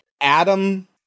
Adam